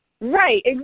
right